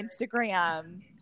Instagram